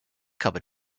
cover